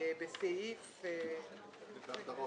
בסעיף ההגדרות.